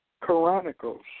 Chronicles